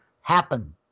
happen